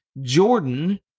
Jordan